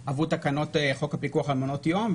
עברו תקנות חוק הפיקוח על מעונות יום,